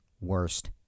worst